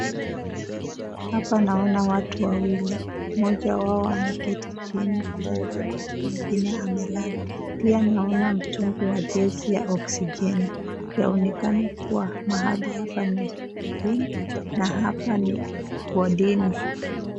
Hapa naona watu wawili. Mmoja wao ameketi chini kitandani, mwingine amelala. Pia naona mtungi wa gesi ya Oksigeni. Yaonekana kuwa mahali hapa ni hospitalini na hapa ni wodini.